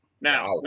Now